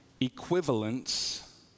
equivalence